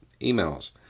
emails